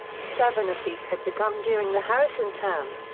seven of these had begun during the harrison term.